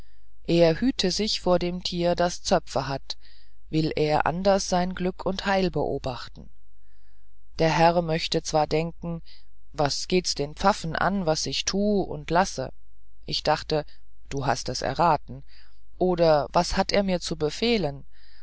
er hüte sich vor dem tier das zöpfe hat will er anders sein glück und heil beobachten der herr möchte zwar gedenken was gehts den pfaffen an was ich tu und lasse ich gedachte du hast es erraten oder was hat er mir zu befehlen